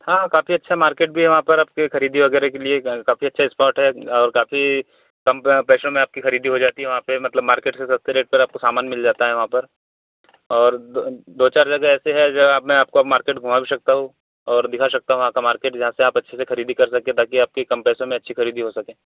हाँ काफ़ी अच्छा मार्केट भी है वहाँ पर आपके खरीदी वगैरह के लिए काफ़ी अच्छा स्पॉट है और काफ़ी कम पैसों में आपकी खरीदी हो जाती है वहाँ पर मतलब मार्केट से सस्ते रेट से आपको समान मिल जाता है वहाँ पर और दो चार जगह ऐसे हैं गर आप मैं मार्केट घूमा भी सकता हूँ और दिखा सकता हूँ वहाँ का मार्केट जहाँ से आप अच्छे से खरीदी कर सकती है ताकी आपकी कम पैसे में अच्छी खरीदी हो सके